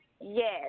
Yes